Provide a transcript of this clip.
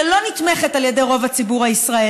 שלא נתמכת על ידי רוב הציבור הישראלי,